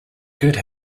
good